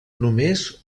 només